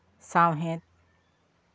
ᱥᱟᱶᱦᱮᱫ